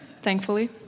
thankfully